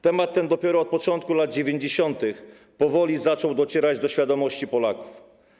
Temat ten dopiero od początku lat 90. powoli zaczął docierać do świadomości Polaków.